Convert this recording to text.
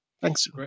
Thanks